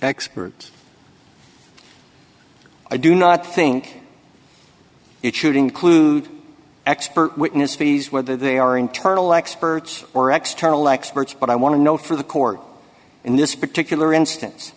expert i do not think it should include expert witness fees whether they are internal experts or external experts but i want to know for the court in this particular instance